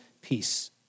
peace